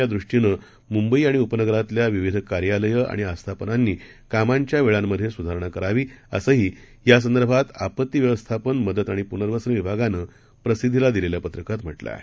सर्वांची सोय व्हावी यादृष्टीनं मुंबई आणि उपनगरातल्या विविध कार्यालयं आणि आस्थापनांनी कामाच्या वेळांमध्ये सुधारणा करावी असंही यासंदर्भात आपत्ती व्यवस्थापन मदत आणि पुनर्वसन विभागानं प्रसिद्धीला दिलेल्या पत्रकात म्हटलं आहे